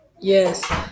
Yes